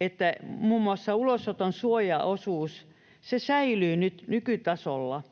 että muun muassa ulosoton suojaosuus säilyy nyt nykytasolla.